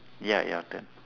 ya your turn